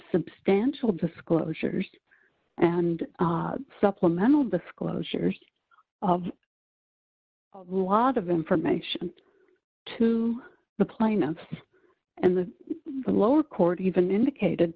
substantial disclosures and supplemental disclosures of a lot of information to the plaintiff and the lower court even indicated